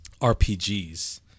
RPGs